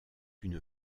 une